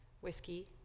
whiskey